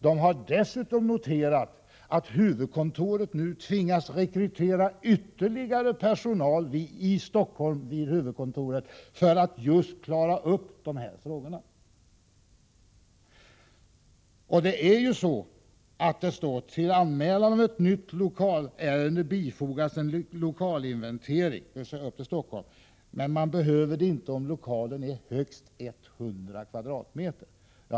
De har dessutom noterat att huvudkontoret i Stockholm nu tvingas rekrytera ytterligare personal just för att klara dessa frågor. Det står i bestämmelserna att till anmälan om ett nytt lokalärende skall bifogas en lokalinventering, men det behövs inte om lokalen är högst 100 kvadratmeter.